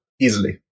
easily